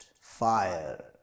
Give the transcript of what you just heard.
fire